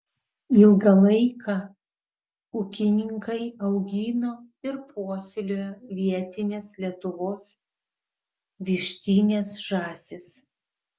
ilgą laiką ūkininkai augino ir puoselėjo vietines lietuvos vištines žąsis